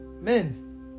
Men